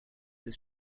this